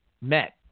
met